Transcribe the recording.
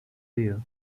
you